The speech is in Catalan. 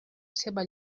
seva